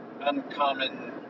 uncommon